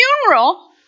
funeral